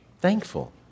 thankful